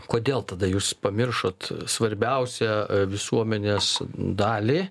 kodėl tada jūs pamiršot svarbiausią visuomenės dalį